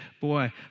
Boy